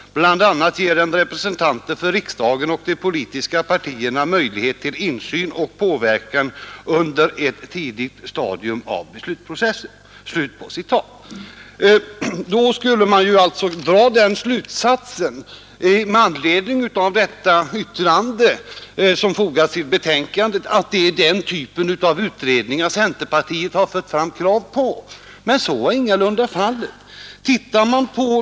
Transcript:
Bl. a. ger den representanter för riksdagen och de politiska partierna möjlighet till insyn och påverkan under ett tidigt stadium av beslutsprocessen.” Av detta uttalande skulle man kunna dra slutsatsen att det är den typen av utredningar som centerpartiet fört fram krav på. Men så är ingalunda fallet.